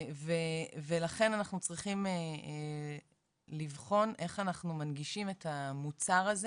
ולכן אנחנו צריכים לבחון כיצד אנחנו מנגישים את המוצר הזה